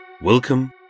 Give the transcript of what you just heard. Welcome